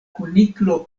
kuniklo